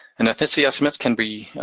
and ethnicity estimates can be,